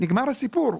נגמר הסיפור,